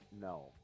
No